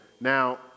now